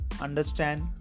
understand